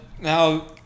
now